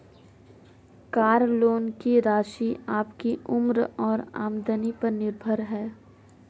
car loan की राशि आपकी उम्र और आमदनी पर निर्भर है